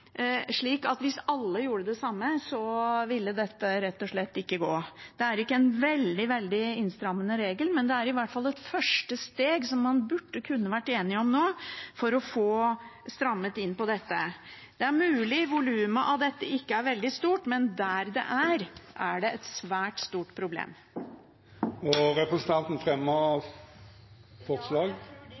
hvis alle gjorde det samme, ville dette rett og slett ikke gå. Det er ikke en veldig innstrammende regel, men det er i hvert fall et første steg som man burde kunne være enig om nå, for å få strammet inn på dette. Det er mulig volumet av dette ikke er veldig stort, men der det forekommer, er det et svært stort problem. Jeg fremmer til slutt forslag